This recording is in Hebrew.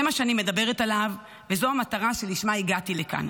זה מה שאני מדברת עליו וזו המטרה שלשמה הגעתי לכאן.